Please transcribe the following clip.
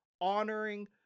Honoring